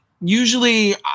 usually